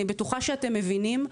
אני בטוחה שאתם מבינים.